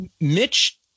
Mitch